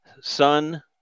son